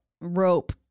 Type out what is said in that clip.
rope